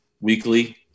weekly